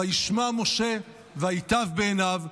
"וישמע משה ויטב בעיניו",